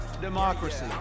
democracy